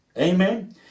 Amen